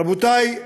רבותי,